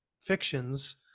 fictions